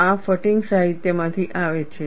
આ ફટીગ સાહિત્યમાંથી આવે છે